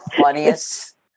funniest